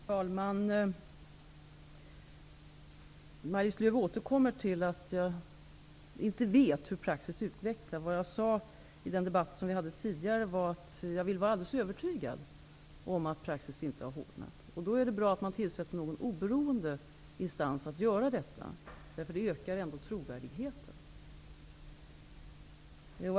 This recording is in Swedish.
Herr talman! Maj-Lis Lööw återkommer till det faktum att jag inte vet hur praxis har utvecklats. Det jag sade i den debatt vi förde tidigare var att jag vill vara alldeles övertygad om att praxis inte har hårdnat. Då är det bra att man tillsätter någon oberoende instans för att undersöka detta. Det ökar ju ändå trovärdigheten.